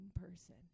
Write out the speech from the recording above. person